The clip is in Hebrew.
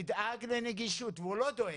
תדאג לנגישות והוא לא דואג,